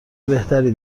بهتری